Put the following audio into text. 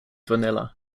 vanilla